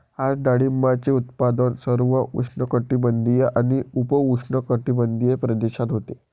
आज डाळिंबाचे उत्पादन सर्व उष्णकटिबंधीय आणि उपउष्णकटिबंधीय प्रदेशात होते